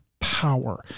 power